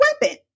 weapon